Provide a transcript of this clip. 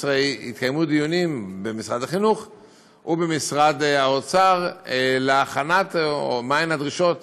התקיימו דיונים במשרד החינוך ובמשרד האוצר להכנת הדרישות